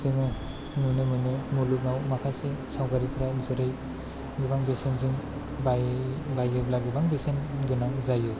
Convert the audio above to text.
जोङो नुनो मोनो मुलुगाव माखासे सावगारिफ्रा जेरै गोबां बेसेनजों बायोब्ला गोबां बेसेन गोनां जायो